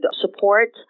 support